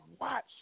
watch